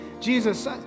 Jesus